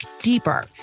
deeper